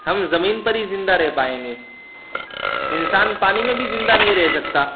ہم زمین پر ہی زندہ رہ پائیں گے انسان پانی میں بھی زندہ نہیں رہ سکتا